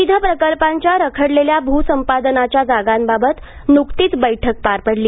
विविध प्रकल्पांच्या रखडलेल्या भूसंपादनाच्या जागांबाबत नुकतीच बैठक पार पडली